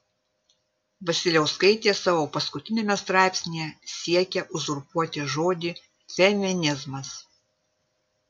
vasiliauskaitė savo paskutiniame straipsnyje siekia uzurpuoti žodį feminizmas